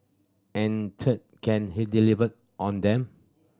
and third can he deliver on them